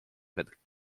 met